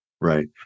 Right